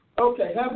Okay